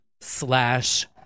slash